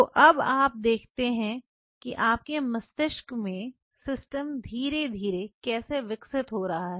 तो अब आप देखते हैं कि आपके मस्तिष्क में सिस्टम धीरे धीरे कैसे विकसित हो रहा है